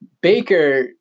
Baker